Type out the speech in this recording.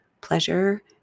pleasure